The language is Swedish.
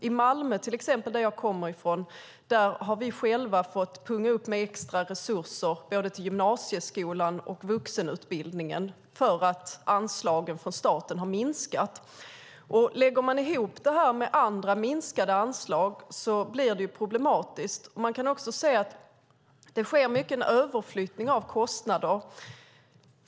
I till exempel Malmö, som jag kommer från, har vi själva fått punga ut med extra resurser till både gymnasieskolan och vuxenutbildningen, för att anslagen från staten har minskat. Lägger man ihop det med andra minskade anslag blir det problematiskt. Man kan också se att det sker mycket överflyttning av kostnader.